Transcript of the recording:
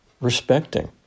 respecting